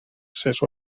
ses